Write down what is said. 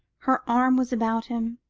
her arm was about him,